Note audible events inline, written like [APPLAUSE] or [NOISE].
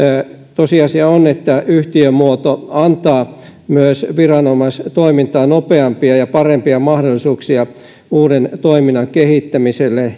tosiasia on että yhtiömuoto antaa myös viranomaistoimintaa nopeampia ja parempia mahdollisuuksia uuden toiminnan kehittämiselle [UNINTELLIGIBLE]